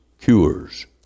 cures